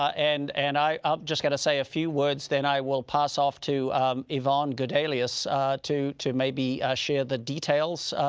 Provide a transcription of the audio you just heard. and and i am ah just gonna say a few words then i will pass off to yvonne gaudelius to to maybe share the details.